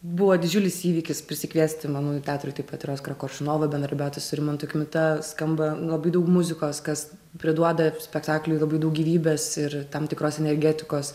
buvo didžiulis įvykis prisikviesti manau teatrui taip pat ir oskarą koršunovą bendradarbiauti su rimantu kmita skamba labai daug muzikos kas priduoda spektakliui labai daug gyvybės ir tam tikros energetikos